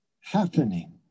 happening